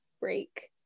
break